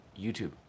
YouTube